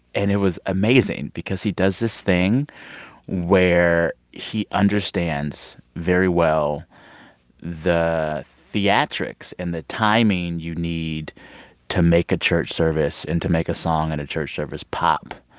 and it was amazing because he does this thing where he understands very well the theatrics and the timing you need to make a church service and to make a song at and a church service pop.